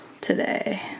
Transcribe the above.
today